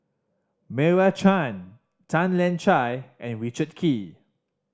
Meira Chand Tan Lian Chye and Richard Kee